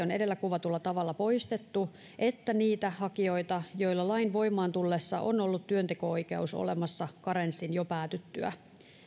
on edellä kuvatulla tavalla poistettu että niitä hakijoita joilla lain voimaan tullessa on ollut työnteko oikeus olemassa karenssin jo päätyttyä